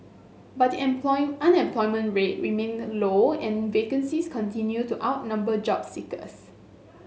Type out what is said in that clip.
but the unemployment rate remained low and vacancies continued to outnumber job seekers